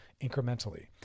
incrementally